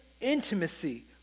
intimacy